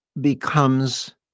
becomes